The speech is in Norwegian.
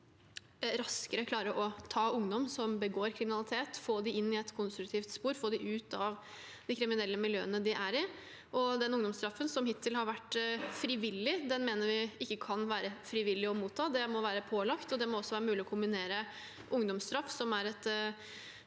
må klare å ta ungdom som begår kriminalitet, få dem inn i et konstruktivt spor, få dem ut av de kriminelle miljøene de er i. Ungdomsstraffen har hittil vært frivillig, men vi mener den ikke kan være frivillig å motta. Det må være pålagt, og det må også være mulig å kombinere ungdomsstraff – som er et